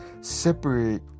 separate